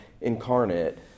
incarnate